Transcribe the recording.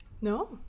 no